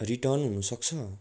return हुनुसक्छ